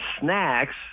snacks